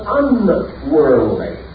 unworldly